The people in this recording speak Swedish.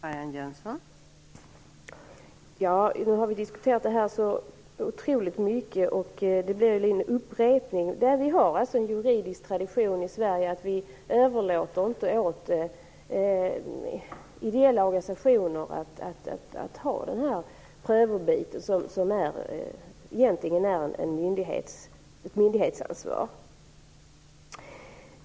Fru talman! Nu har vi diskuterat denna fråga så otroligt mycket att det blir fråga om en upprepning. Vi har alltså en juridisk tradition i Sverige att inte överlåta åt ideella organisationer att utöva prövobiten, som egentligen är ett myndighetsansvar.